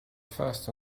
fast